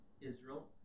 Israel